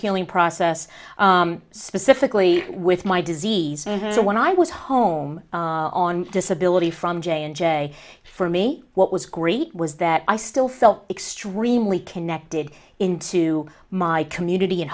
healing process specifically with my disease when i was home on disability from j and j for me what was great was that i still felt extremely connected into my community at